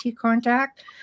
contact